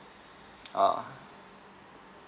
ah